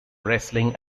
wrestling